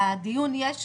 לדיון יש חשיבות,